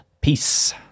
Peace